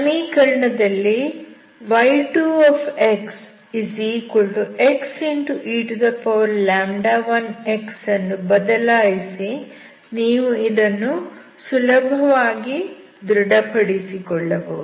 ಸಮೀಕರಣದಲ್ಲಿ y2xxe1x ಅನ್ನು ಬದಲಾಯಿಸಿ ನೀವು ಇದನ್ನು ಸುಲಭವಾಗಿ ದೃಢ ಪಡಿಸಿಕೊಳ್ಳಬಹುದು